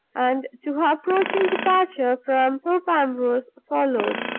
and to her approaching departure from thorpe ambrose, followed.